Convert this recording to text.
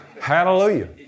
Hallelujah